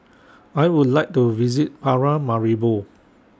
I Would like to visit Paramaribo